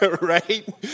right